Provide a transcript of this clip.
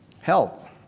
Health